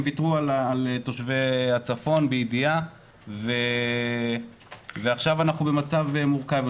הם ויתרו על תושבי הצפון בידיעה ועכשיו אנחנו במצב מורכב,